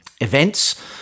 events